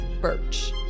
Birch